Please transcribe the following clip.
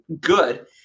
good